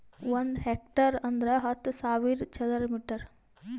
ಒಂದ್ ಹೆಕ್ಟೇರ್ ಅಂದರ ಹತ್ತು ಸಾವಿರ ಚದರ ಮೀಟರ್